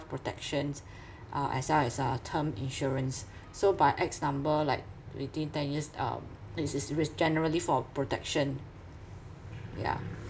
protections uh as well as uh term insurance so by X number like within ten years um it's it's generally for protection yeah